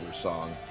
song